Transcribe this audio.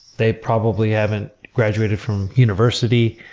they probably haven't graduated from university.